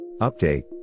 Update